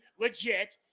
legit